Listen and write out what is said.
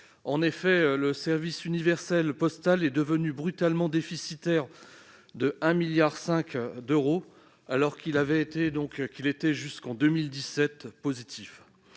En effet, le service universel postal est devenu brutalement déficitaire de 1,5 milliard d'euros, alors qu'il était positif